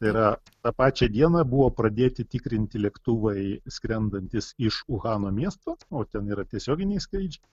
tai yra tą pačią dieną buvo pradėti tikrinti lėktuvai skrendantys iš uhano miesto o ten yra tiesioginiai skrydžiai